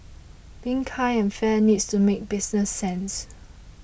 being kind and fair needs to make business sense